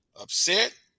upset